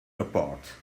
apart